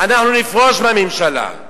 נפרוש מהממשלה,